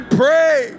pray